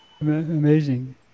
Amazing